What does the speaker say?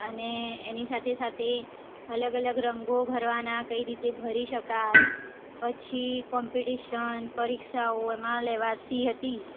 અને એની સાથે સાથે અલગ અલગ રંગો ભરવાના કઈ રીતે ભરી શકાય પછી કૉમ્પિટિશન પરીક્ષાઓ એમાં લેવાતી હતી